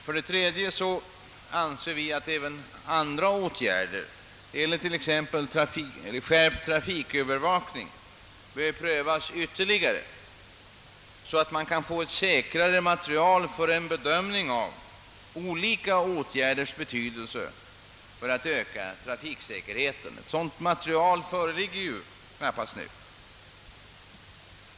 För det tredje anser vi att andra åtgärder, t.ex. trafikövervakning, bör prövas ytterligare i syfte att få ett säkrare material till grund för en bedömning av olika åtgärders betydelse för att öka trafiksäkerheten. Nu föreligger knappast något sådant material.